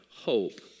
Hope